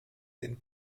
den